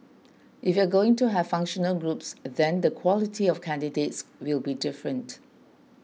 if you're going to have functional groups then the quality of candidates will be different